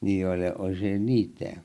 nijolė oželytė